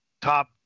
top